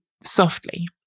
softly